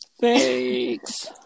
Thanks